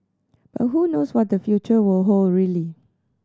but who knows what the future will hold really